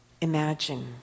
Imagine